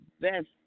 best